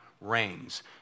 reigns